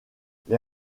les